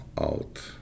out